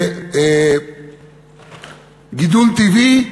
זה גידול טבעי.